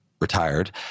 retired